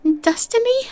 Destiny